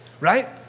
right